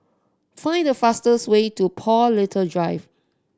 find the fastest way to Paul Little Drive